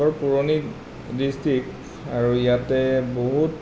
বৰ পুৰণি ডিষ্ট্ৰিক আৰু ইয়াতে বহুত